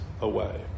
away